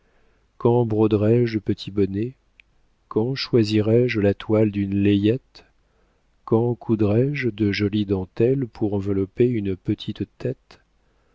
quand broderai je de petits bonnets quand choisirai je la toile d'une layette quand coudrai je de jolies dentelles pour envelopper une petite tête